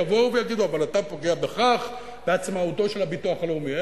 יבואו ויגידו: אבל אתה פוגע בכך בעצמאותו של הביטוח הלאומי.